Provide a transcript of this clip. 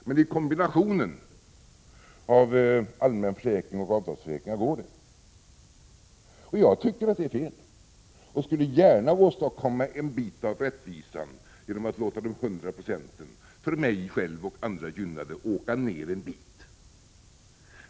Men i kombinationen av allmänförsäkring och avtalsförsäkring går det, och jag anser att det är fel. Jag skulle gärna åstadkomma en bit av rättvisan genom att låta de hundra procenten för mig själv och andra gynnade åka ner en bit.